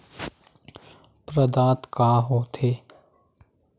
प्रदाता का हो थे?